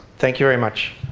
thank you very much.